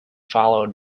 followed